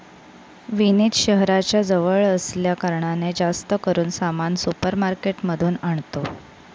विनीत शहराच्या जवळ असल्या कारणाने, जास्त करून सामान सुपर मार्केट मधून आणतो